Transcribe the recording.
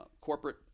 corporate